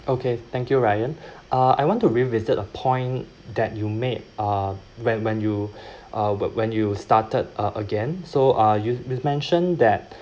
okay thank you ryan uh I want to revisit a point that you made uh when when you uh when when you started a~ again so uh you you've mentioned that